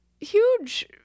huge